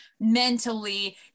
mentally